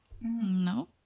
no